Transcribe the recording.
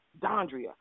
Dondria